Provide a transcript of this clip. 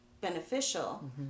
beneficial